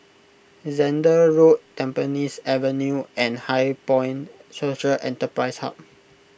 Zehnder Road Tampines Avenue and HighPoint Social Enterprise Hub